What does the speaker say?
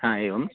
एवं